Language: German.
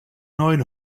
neuen